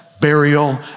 burial